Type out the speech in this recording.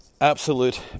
absolute